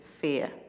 fear